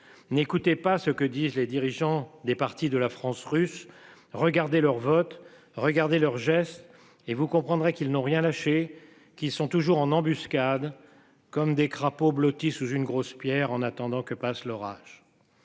N'écoutez pas ce que disent les dirigeants des partis de la France russes regarder leur vote regarder leurs gestes et vous comprendrez qu'ils n'ont rien lâché, qui sont toujours en embuscade comme des crapauds blottis sous une grosse Pierre en attendant que passe l'orage.